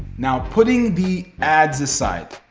now putting the ads aside,